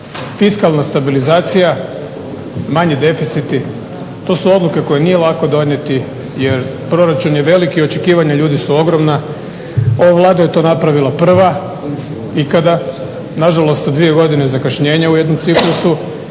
fiskalna stabilizacija, manji deficiti to su odluke koje nije lako donijeti jer proračun je velik i očekivanja ljudi su ogromna. Ova Vlada je to napravila prva ikada, nažalost sa dvije godine zakašnjenja u jednom ciklusu,